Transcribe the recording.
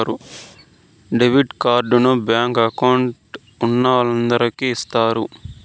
debit కార్డుని bank account ఉన్నోలందరికి ఇత్తారు